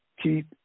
Keith